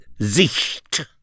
Sicht